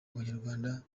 abanyarwanda